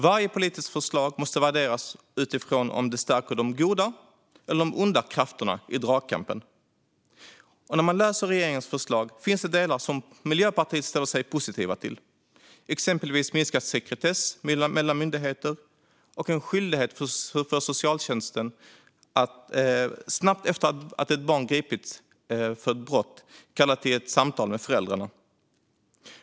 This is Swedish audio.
Varje politiskt förslag måste värderas utifrån om det stärker de goda eller de onda krafterna i dragkampen. När man läser regeringens förslag ser man att det finns delar som Miljöpartiet ställer sig positivt till, exempelvis minskad sekretess mellan myndigheter och en skyldighet för socialtjänsten att snabbt efter att ett barn gripits för ett brott kalla till samtal med föräldrarna.